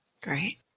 Great